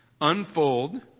unfold